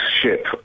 ship